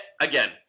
Again